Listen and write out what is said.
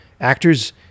Actors